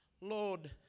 Lord